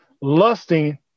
lusting